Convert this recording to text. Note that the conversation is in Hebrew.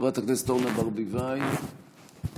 חברת הכנסת אורנה ברביבאי, בבקשה.